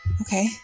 Okay